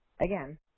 again